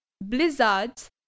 blizzards